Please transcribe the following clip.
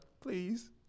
Please